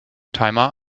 timer